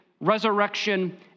resurrection